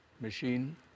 machine